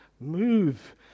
move